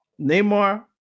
Neymar